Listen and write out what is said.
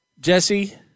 Jesse